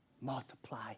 Multiply